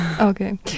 Okay